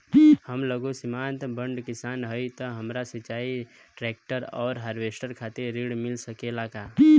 हम लघु सीमांत बड़ किसान हईं त हमरा सिंचाई ट्रेक्टर और हार्वेस्टर खातिर ऋण मिल सकेला का?